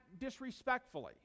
disrespectfully